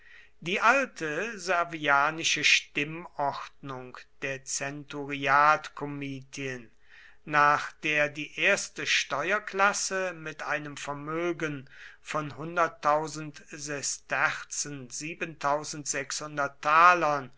die alte servianische stimmordnung der zenturiatkomitien nach der die erste steuerklasse mit einem vermögen von sesterzen